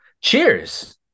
cheers